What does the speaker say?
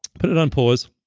put it on pause